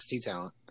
talent